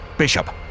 Bishop